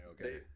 okay